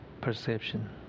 perception